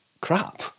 crap